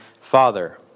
Father